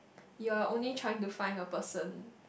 you're only trying to find a person